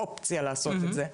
אופציה לעשות את זה,